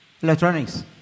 Electronics